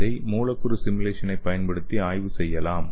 இதை மூலக்கூறு சிமுலேசனை பயன்படுத்தி ஆய்வு செய்யலாம்